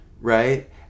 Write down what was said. Right